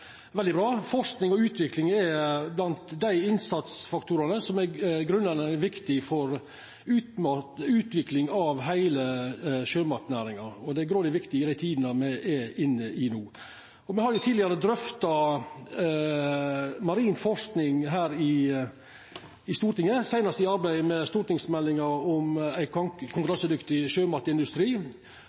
veldig bra. Forsking og utvikling er blant dei innsatsfaktorane som er grunnleggjande viktig for utvikling av heile sjømatnæringa, og det er grådig viktig i dei tidene me er inne i no. Tidlegare har me drøfta marin forsking her i Stortinget, seinast i arbeidet med stortingsmeldinga om ein konkurransedyktig sjømatindustri,